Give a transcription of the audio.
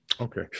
Okay